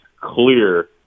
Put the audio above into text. clear